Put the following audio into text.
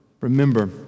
remember